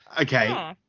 Okay